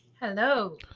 hello